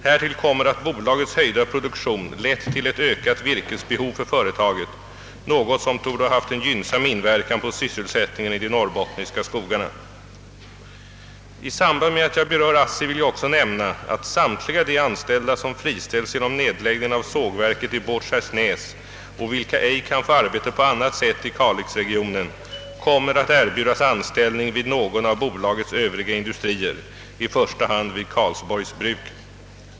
Härtill kommer att bolagets höjda produktion lett till ett ökat virkesbehov för företaget, något som borde ha haft en gynnsam inverkan på sysselsättningen i de norrbottniska skogarna. I samband med att jag berör ASSI vill jag också nämna, att samtliga de anställda som friställs genom nedläggningen av sågverket i Båtskärsnäs och vilka ej kan få arbete på annat sätt i Kalix-regionen kommer att erbjudas anställning vid någon av bolagets övriga industrier, i första hand vid Karlsborgs bruk.